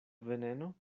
veneno